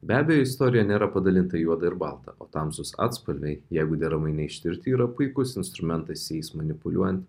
be abejo istorija nėra padalinta į juoda ir balta o tamsūs atspalviai jeigu deramai neištirti yra puikus instrumentas jais manipuliuojant